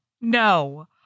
no